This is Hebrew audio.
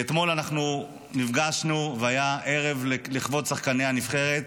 אתמול אנחנו נפגשנו והיה ערב לכבוד שחקני הנבחרת.